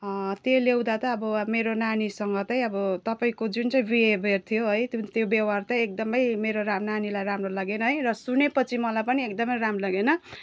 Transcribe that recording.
त्यो ल्याउँदा त अब मेरो नानीसँग चाहिँ अब तपाईँको जुन चाहिँ विहेवियर थियो है त्यो त्यो व्यवहार चाहिँ एकदमै मेरो राम मेरो नानीलाई राम्रो लागेन है र सुनेपछि मलाई पनि एकदमै राम्रो लागेन